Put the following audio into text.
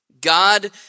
God